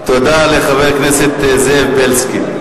תודה לחבר הכנסת זאב בילסקי.